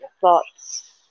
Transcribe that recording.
thoughts